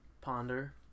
ponder